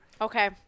Okay